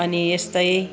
अनि यस्तै